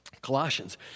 Colossians